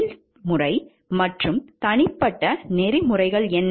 தொழில்முறை மற்றும் தனிப்பட்ட நெறிமுறைகள் என்ன